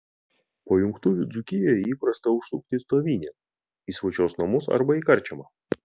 po jungtuvių dzūkijoje įprasta užsukti stovynėn į svočios namus arba į karčiamą